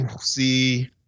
See